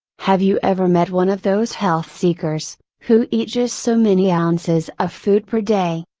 have you ever met one of those health seekers, who eat just so many ounces of food per day,